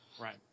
Right